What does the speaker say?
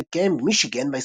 אשר התקיים במישיגן,